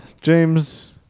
James